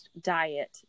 diet